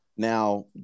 now